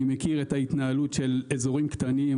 אני מכיר את ההתנהלות של אזורים קטנים,